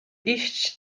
iść